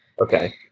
Okay